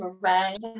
red